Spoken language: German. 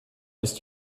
ist